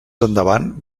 endavant